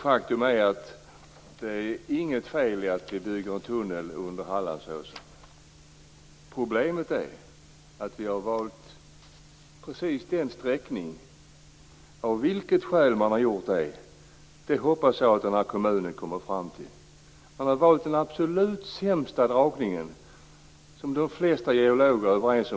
Faktum är att det inte är något fel i att man bygger en tunnel under Hallandsåsen. Problemet är att man har valt precis den sträckning man har valt. Av vilket skäl man har gjort det hoppas jag att kommunen kommer fram till. Man har valt den absolut sämsta dragningen. De flesta geologer var överens.